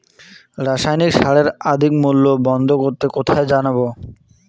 রাসায়নিক সারের অধিক মূল্য বন্ধ করতে কোথায় জানাবো?